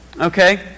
Okay